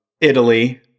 Italy